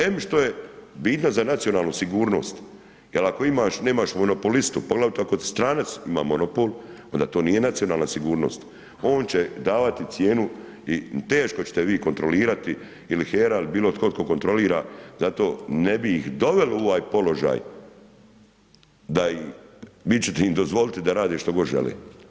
Em što je bitna za nacionalnu sigurnost jer ako nemaš monopolistu poglavito ako ti stranac ima monopol, onda to nije nacionalna sigurnost, on će davati cijenu i teško ćete vi kontrolirati ili HERA ili bilo tko tko kontrolira zato ne bi ih doveli u ovaj položaj da vi ćete im dozvoliti da rade što god žele.